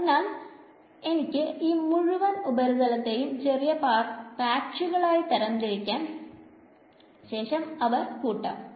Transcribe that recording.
അതിനാൽ അതിനാൽ എനിക്ക് ഈ മുഴുവൻ ഉപരിതലത്തെയും ചെറിയ പാച്ചുകളായി തരം തിരിക്കാം ശേഷം അവൻ കൂട്ടാം